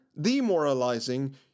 demoralizing